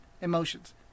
Emotions